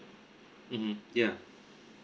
mm yeah